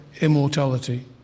immortality